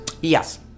Yes